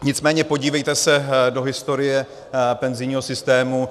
Nicméně podívejte se do historie penzijního systému.